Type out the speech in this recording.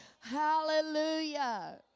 Hallelujah